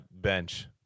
Bench